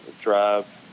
drive